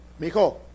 Mijo